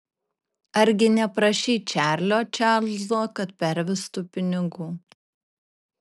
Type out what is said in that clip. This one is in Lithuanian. argi neprašei čarlio čarlzo kad pervestų pinigų